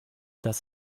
dass